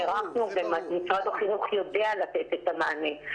נערכנו ומשרד החינוך יודע לתת את המענה.